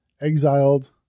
Exiled